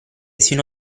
sino